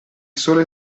sole